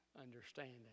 understanding